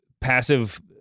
passive